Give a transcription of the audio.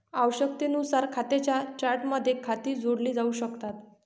आवश्यकतेनुसार खात्यांच्या चार्टमध्ये खाती जोडली जाऊ शकतात